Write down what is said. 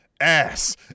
ass